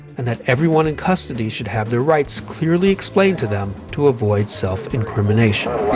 and that everyone in custody should have their rights clearly explained to them to avoid self-incrimination.